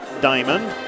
Diamond